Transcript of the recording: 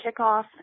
kickoff